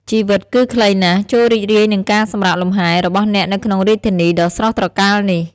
ជីវិតគឺខ្លីណាស់ ចូររីករាយនឹងការសម្រាកលំហែ របស់អ្នកនៅក្នុងរាជធានីដ៏ស្រស់ត្រកាលនេះ។